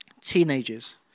Teenagers